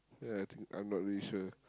ya think I'm not really sure